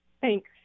Thanks